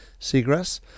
seagrass